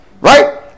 right